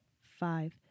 five